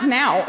now